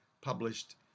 published